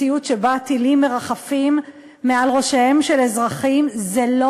מציאות שבה טילים מרחפים מעל ראשיהם של אזרחים זה לא